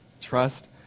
Trust